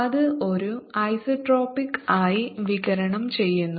അത് ഒരു ഐസോട്രോപിക് ആയി വികിരണം ചെയ്യുന്നു